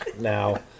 now